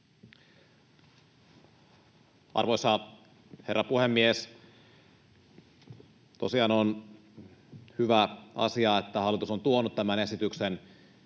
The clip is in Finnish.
Arvoisa herra puhemies! Tosiaan on hyvä asia, että hallitus on tuonut tämän esityksen